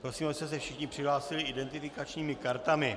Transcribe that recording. Prosím, abyste se všichni přihlásili identifikačními kartami.